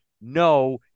no